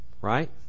Right